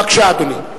בבקשה, אדוני.